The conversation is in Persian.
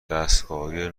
دستکاری